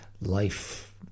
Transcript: life